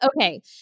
Okay